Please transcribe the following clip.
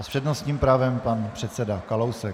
S přednostním právem pan předseda Kalousek.